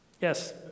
Yes